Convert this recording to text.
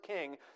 king